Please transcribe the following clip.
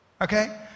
Okay